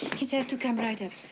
he says to come right up.